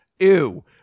Ew